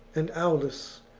and aulus,